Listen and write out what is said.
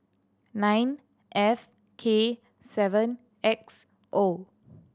nine F K seven X O